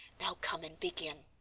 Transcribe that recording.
now come and begin.